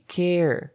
care